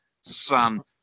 son